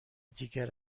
دیگر